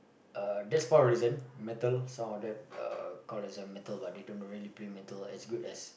uh that's part of the reason metal some of them uh call as a metal but they don't really play metal as good as